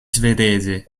svedese